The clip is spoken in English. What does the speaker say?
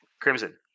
Crimson